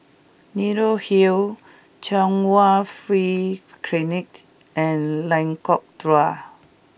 Leonie Hill Chung Hwa Free Clinic and Lengkok Dua